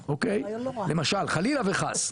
למשל חלילה וחס,